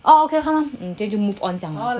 oh okay then 就 move on 这样讲